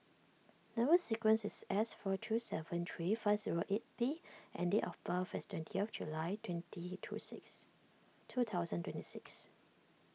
Number Sequence is S four two seven three five zero eight B and date of birth is twenty of July twenty two six two thousand twenty six